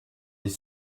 les